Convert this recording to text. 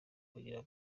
kuririra